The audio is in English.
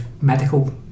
medical